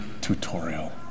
tutorial